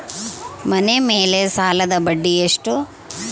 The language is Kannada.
ಮನೆ ಮೇಲೆ ಸಾಲದ ಬಡ್ಡಿ ಎಷ್ಟು?